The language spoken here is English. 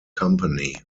company